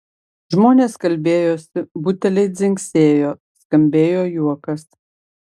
žmonės kalbėjosi buteliai dzingsėjo skambėjo juokas